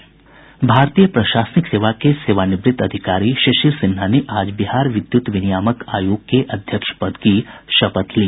भारतीय प्रशासनिक सेवा के सेवानिवृत्त अधिकारी शिशिर सिन्हा ने आज बिहार विद्यूत विनियामक आयोग के अध्यक्ष पद की शपथ ली